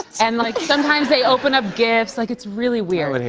and, like, sometimes, they open up gifts. like, it's really weird.